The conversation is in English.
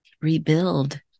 rebuild